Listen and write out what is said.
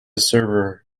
server